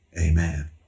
Amen